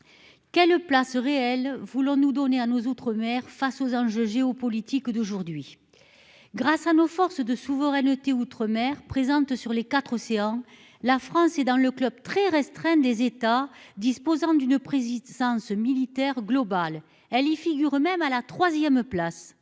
quelle place réelle voulons-nous donner à nos outre-mer, face aux enjeux géopolitiques d'aujourd'hui grâce à nos forces de souveraineté outre-mer présente sur les quatre océan, la France et dans le club très restreint des États disposant d'une préside sans ce militaire globale, elle y figurent même à la 3ème place